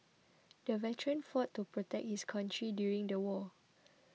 the veteran fought to protect his country during the war